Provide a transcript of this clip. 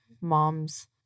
mom's